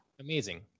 Amazing